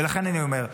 ולכן אני אומר,